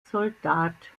soldat